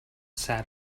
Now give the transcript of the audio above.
sat